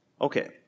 Okay